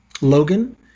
Logan